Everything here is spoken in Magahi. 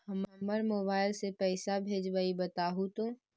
हम मोबाईल से पईसा भेजबई बताहु तो?